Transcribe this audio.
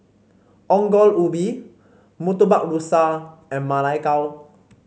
Ongol Ubi Murtabak Rusa and Ma Lai Gao